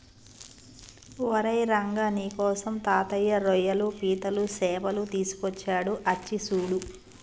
ఓరై రంగ నీకోసం తాతయ్య రోయ్యలు పీతలు సేపలు తీసుకొచ్చాడు అచ్చి సూడు